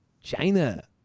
China